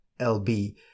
LB